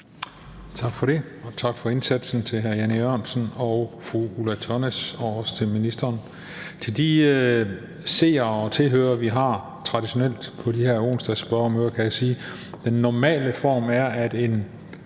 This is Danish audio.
Tak for det, og tak for indsatsen til hr. Jan E. Jørgensen og fru Ulla Tørnæs. Også tak til ministeren. Til de seere og tilhørere, vi traditionelt har på de her onsdagsspørgemøder, kan jeg sige, at den normale form er, at et